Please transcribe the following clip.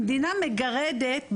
המדינה מגרדת,